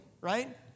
right